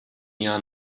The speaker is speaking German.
jahr